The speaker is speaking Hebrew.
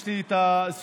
יש לי את הזכות